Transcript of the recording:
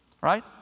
right